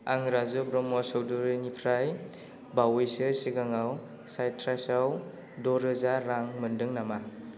आं राजु ब्रह्म चौधुरिनिफ्राय बावैसो सिगाङव साइट्रासआव द'रोजा रां मोनदों नामा